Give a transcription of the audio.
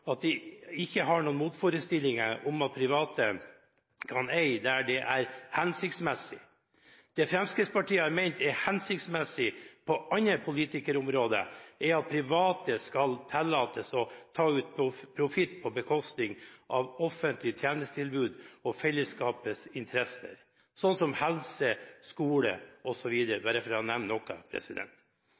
at de ikke har noen motforestillinger mot at private kan eie der det er hensiktsmessig. Det Fremskrittspartiet har ment er hensiktsmessig på andre politikkområder, er at private skal tillates å ta ut profitt på bekostning av offentlig tjenestetilbud og fellesskapets interesser, som helse, skole osv., bare for å nevne noe.